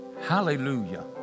Hallelujah